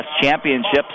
championships